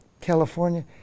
California